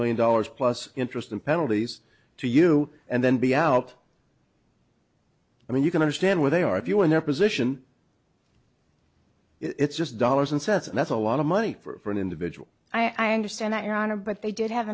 million dollars plus interest and penalties to you and then be out i mean you can understand where they are if you were in their position it's just dollars and cents and that's a lot of money for an individual i understand that your honor but they did have